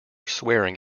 swearing